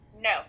No